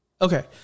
Okay